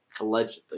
allegedly